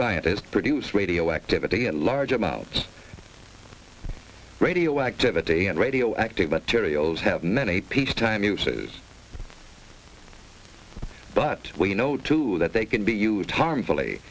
scientists produce radioactivity and large amounts of radioactivity and radioactive materials have many peacetime uses but we know too that they can be used harmfully